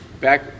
back